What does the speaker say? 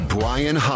Brian